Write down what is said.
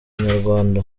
inyarwanda